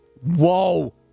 Whoa